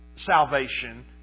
salvation